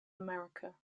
america